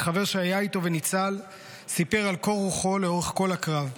וחבר שהיה איתו וניצל סיפר על קור רוחו לאורך כל הקרב,